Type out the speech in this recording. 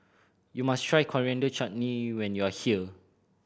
you must try Coriander Chutney when you are here